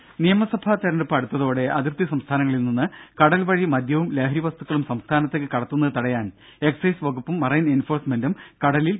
രുഭ നിയമസഭാ തെരഞ്ഞെടുപ്പ് അടുത്തോടെ അതിർത്തി സംസ്ഥാനങ്ങളിൽ നിന്ന് കടൽ വഴി മദ്യവും ലഹരി വസ്തുക്കളും സംസ്ഥാനത്തേക്ക് കടത്തുന്നത് തടയാൻ എക്സൈസ് വകുപ്പും മറൈൻ എൻഫോഴ്സ്മെന്റും കടലിൽ പരിശോധന ശക്തമാക്കി